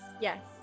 yes